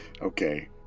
okay